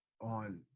on